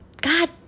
God